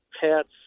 pets